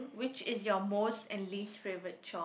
which is your most and least favourite chore